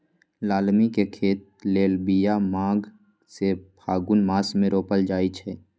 लालमि के खेती लेल बिया माघ से फ़ागुन मास मे रोपल जाइ छै